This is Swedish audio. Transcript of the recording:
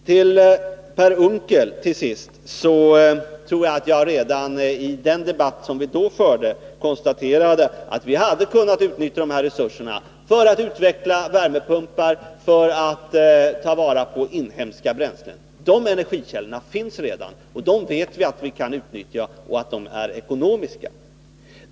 Till Per Unckel, slutligen, vill jag säga att jag tror att jag redan i en tidigare debatt konstaterat att vi hade kunnat utnyttja dessa resurser för att utveckla värmepumpar och för att ta vara på inhemska bränslen. De energikällorna finns redan, och vi vet att vi kan utnyttja dem och att de är ekonomiska.